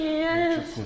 yes